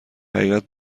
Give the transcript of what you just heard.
حقیقت